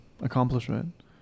accomplishment